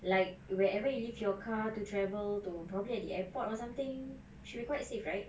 like wherever you leave your car to travel to probably at the airport or something should be quite safe right